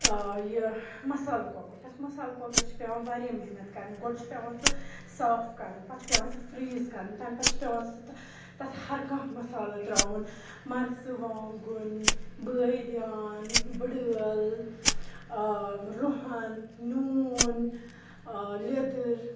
آ یہِ مَسالہٕ کۅکُر تَتھ مَسالہٕ کۅکرَس چھِ پٮ۪وان وارِیاہ محنت کَرٕنۍ گۄڈٕ چھُ پٮ۪وان سُہ صاف کَرُن پَتہٕ چھُ پٮ۪واں سُہ فریٖز کَرُن تَمہِ پَتہٕ چھُ پٮ۪وان سُہ تَتھ ہَر کانٛہہ مَسالہٕ ترٛاوُن مَرژٕوانٛگُن بٲدِیان بٔڈ ألہٕ آ رُہُن نوٗن آ لیٚدٕر